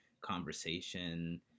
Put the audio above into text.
conversation